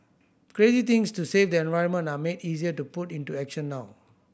crazy things to save the environment are made easier to put into action now